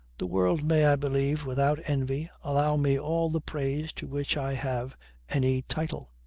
the world may, i believe, without envy, allow me all the praise to which i have any title.